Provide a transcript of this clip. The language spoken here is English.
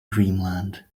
dreamland